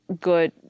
good